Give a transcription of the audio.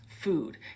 food